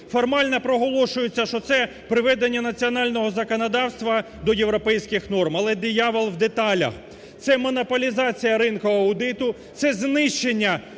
Формально проголошується, що це приведення національного законодавства до європейських норм. Але диявол в деталях – це монополізація ринку аудиту, це знищення всіх